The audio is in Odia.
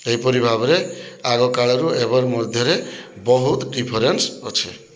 ଏହିପରି ଭାବରେ ଆଗକାଳରୁ ଏବେର୍ ମଧ୍ୟରେ ବହୁତ୍ ଡ଼ିଫରେନ୍ସ୍ ଅଛି